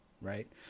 right